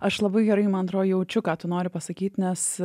aš labai gerai mandro jaučiu ką tu nori pasakyti nes